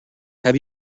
have